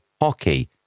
hockey